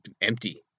empty